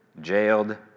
jailed